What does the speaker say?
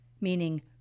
meaning